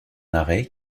arrêt